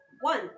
one